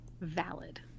valid